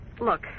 look